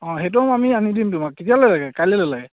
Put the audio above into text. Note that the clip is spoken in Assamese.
অঁ সেইটো আমি আনি দিম তোমাক কেতিয়ালৈ লাগে কাইলৈলৈ লাগে